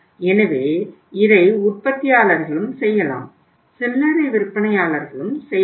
எனவே இதை உற்பத்தியாளர்களும் செய்யலாம் சில்லறை விற்பனையாளர்களும் செய்யலாம்